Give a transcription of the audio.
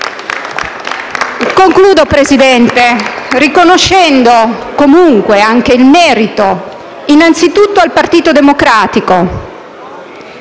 Concludo, Presidente, riconoscendo comunque anche il merito innanzi tutto al Partito Democratico